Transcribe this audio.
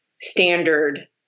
standard